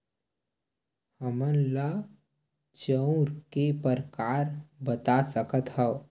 हमन ला चांउर के प्रकार बता सकत हव?